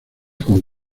con